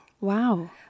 Wow